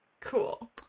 Cool